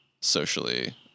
socially